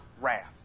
wrath